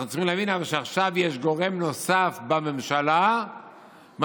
אנחנו צריכים להבין שעכשיו יש גורם נוסף בממשלה שמה